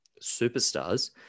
superstars